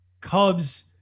Cubs